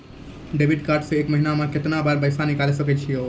Debit card से एक महीना मा केतना बार पैसा निकल सकै छि हो?